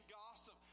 gossip